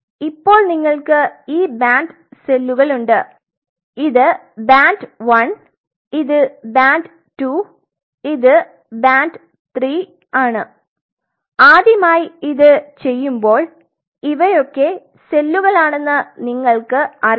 ഇപ്പോൾ നിങ്ങൾക്ക് ഈ ബാൻഡ് സെല്ലുകൾ ഉണ്ട് ഇത് ബാൻഡ് 1 ഇത് ബാൻഡ് 2 ഇത് ബാൻഡ് 3 ആണ് ആദ്യമായി ഇത് ചെയ്യുമ്പോൾ ഇവയൊക്കെ സെല്ലുകളാണെന്ന് നിങ്ങൾക്ക് അറിയില്ല